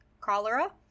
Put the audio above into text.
cholera